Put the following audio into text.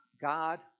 God